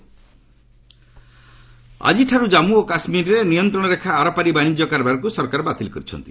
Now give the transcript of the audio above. ଗଭ୍ LOC ଆକିଠାରୁ କାଞ୍ଗୁ ଓ କାଶ୍ମୀରରେ ନିୟନ୍ତ୍ରଣ ରେଖା ଆରପାରି ବାଣିଜ୍ୟ କାରବାରକୁ ସରକାର ବାତିଲ କରିଛନ୍ତି